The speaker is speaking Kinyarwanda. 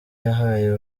yahaye